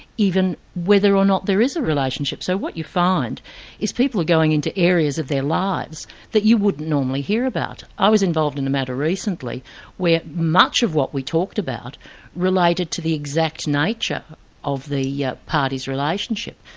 even whether or not there is a relationship. so what you find is people are going into areas of their lives that you wouldn't normally hear about. i was involved in a matter recently where much of what we talked about related to the exact nature of the yeah parties' relationship,